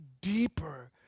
deeper